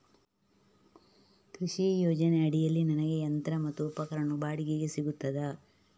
ಕೃಷಿ ಯೋಜನೆ ಅಡಿಯಲ್ಲಿ ನನಗೆ ಯಂತ್ರ ಮತ್ತು ಉಪಕರಣಗಳು ಬಾಡಿಗೆಗೆ ಸಿಗುತ್ತದಾ?